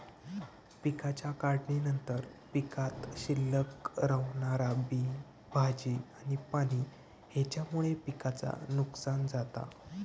पिकाच्या काढणीनंतर पीकात शिल्लक रवणारा बी, भाजी आणि पाणी हेच्यामुळे पिकाचा नुकसान जाता